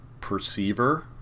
perceiver